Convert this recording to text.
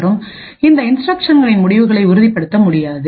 மற்றும் இந்த இன்ஸ்டிரக்ஷன்களின்முடிவுகளை உறுதிப்படுத்த முடியாது